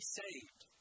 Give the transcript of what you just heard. saved